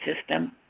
system